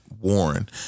Warren